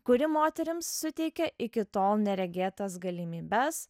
kuri moterims suteikė iki tol neregėtas galimybes